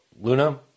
Luna